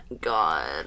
God